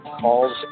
calls